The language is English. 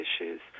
issues